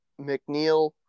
McNeil